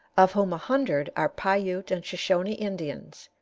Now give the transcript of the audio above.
of whom a hundred are piute and shoshone indians,